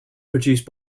produced